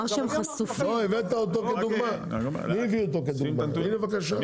לא, הבאת אותו כדוגמה, מי הביא אותו כדוגמה הנה